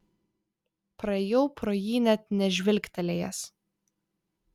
praėjau pro jį net nežvilgtelėjęs